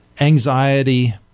anxiety